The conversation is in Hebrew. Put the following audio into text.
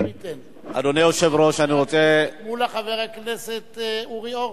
אחרי חבר הכנסת מולה, חבר הכנסת אורי אורבך.